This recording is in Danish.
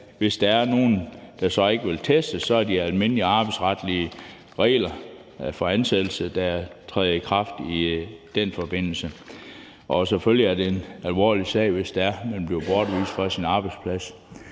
hvis der så er nogle, der ikke vil testes, er det de almindelige arbejdsretlige regler for ansættelse, der træder i kraft i den forbindelse. Og selvfølgelig er det en alvorlig sag, hvis man bliver bortvist fra sin arbejdsplads